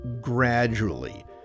gradually